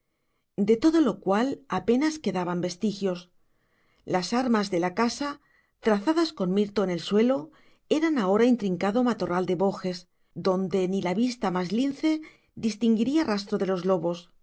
de todo lo cual apenas quedaban vestigios las armas de la casa trazadas con mirto en el suelo eran ahora intrincado matorral de bojes donde ni la vista más lince distinguiría rastro de los lobos